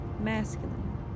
masculine